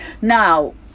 Now